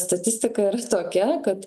statistika tokia kad